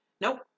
nope